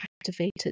activated